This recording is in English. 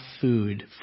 food